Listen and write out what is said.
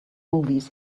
movies